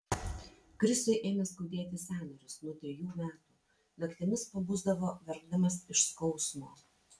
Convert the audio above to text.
krisui ėmė skaudėti sąnarius nuo trejų metų naktimis pabusdavo verkdamas iš skausmo